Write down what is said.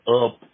up